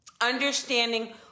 Understanding